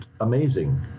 amazing